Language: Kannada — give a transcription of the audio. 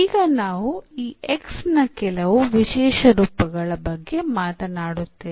ಈಗ ನಾವು ಈ X ನ ಕೆಲವು ವಿಶೇಷ ರೂಪಗಳ ಬಗ್ಗೆ ಮಾತನಾಡುತ್ತೇವೆ